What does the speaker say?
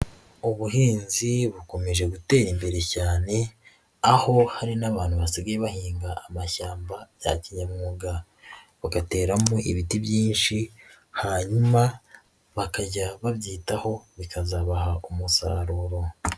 Ubuhinzi bukomeje gutera imbere cyane, aho hari n'abantu basigaye bahinga amashyamba bya kinyamwuga, bagateramo ibiti byinshi hanyuma bakajya babyitaho bikazabaha umusaruro.